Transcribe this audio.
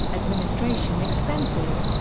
administration expenses,